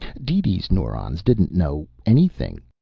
deedee's neurons didn't know anything.